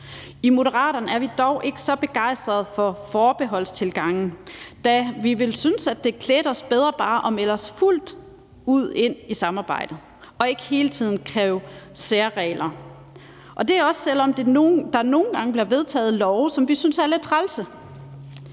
I Moderaterne er vi dog ikke så begejstrede for forbeholdstilgangen, da vi synes, det ville klæde os bedre bare at melde os fuldt ud ind i samarbejdet og ikke hele tiden kræve særregler. Det gælder også, selv om der nogle gange bliver vedtaget love, som vi synes er lidt trælse.